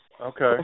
Okay